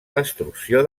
destrucció